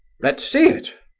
let's see it.